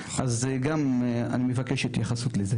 אז גם אני מבקש התייחסות לזה.